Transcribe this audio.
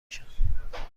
میشم